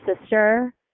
sister